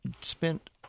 spent